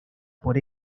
por